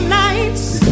nights